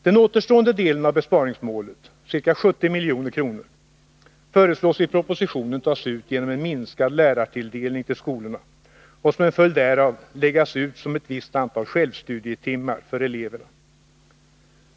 Den återstående delen av besparingsmålet, ca 70 milj.kr., föreslås i propositionen tas ut genom en minskad lärartilldelning till skolorna och som en följd därav läggas ut som ett visst antal självstudietimmar för eleverna.